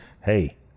hey